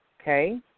Okay